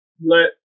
let